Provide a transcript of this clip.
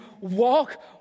walk